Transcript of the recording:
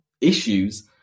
issues